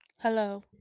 hello